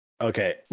Okay